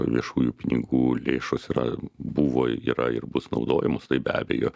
viešųjų pinigų lėšos yra buvo yra ir bus naudojamos taip be abejo